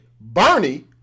Bernie